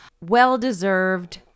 well-deserved